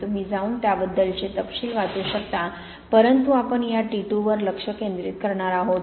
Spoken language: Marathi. तुम्ही जाऊन त्याबद्दलचे तपशील वाचू शकता परंतु आपण या T 2 वर लक्ष केंद्रित करणार आहोत